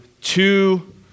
two